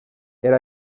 era